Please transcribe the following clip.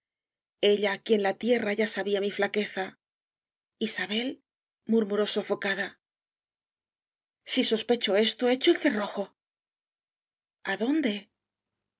aquí en la tierra ya sabía mi flaqueza isabel murmuró sofo cada si sospecho esto echo el cerrojo a dónde